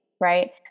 right